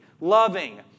loving